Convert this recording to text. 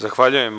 Zahvaljujem.